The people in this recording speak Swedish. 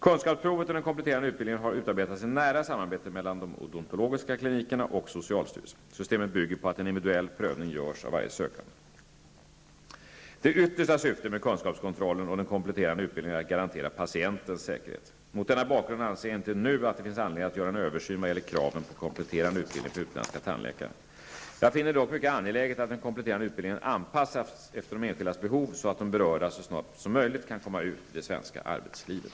Kunskapsprovet och den kompletterande utbildningen har utarbetats i nära samarbete mellan de odontologiska klinikerna och socialstyrelsen. Systemet bygger på att en individuell prövning görs av varje sökande. Det yttersta syftet med kunskapskontrollen och den kompletterande utbildningen är att garantera patientens säkerhet. Mot denna bakgrund anser jag inte nu att det finns anledning att göra en översyn vad gäller kraven på kompletterande utbildning för utländska tandläkare. Jag finner det dock mycket angeläget att den kompletterande utbildningen anpassas efter de enskildas behov så att de berörda så snabbt som möjligt kan komma ut i det svenska arbetslivet.